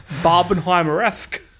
barbenheimer-esque